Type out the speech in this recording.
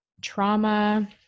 trauma